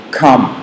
come